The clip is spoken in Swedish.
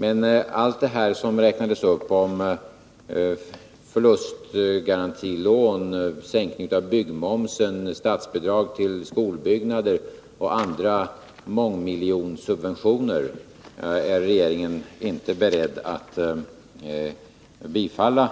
Men alla de förslag som räknades upp, om förlustgarantilån, sänkning av byggmomsen, statsbidrag till skolbyggnader och andra mångmiljonsubventioner, är regeringen inte beredd att bifalla.